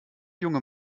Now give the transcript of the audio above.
junge